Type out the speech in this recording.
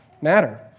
matter